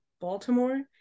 Baltimore